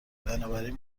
بنابراین